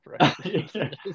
right